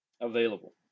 available